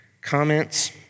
comments